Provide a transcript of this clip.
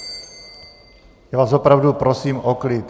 Já vás opravdu prosím o klid.